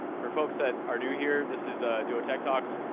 for folks that are new here, this is duo tech talks.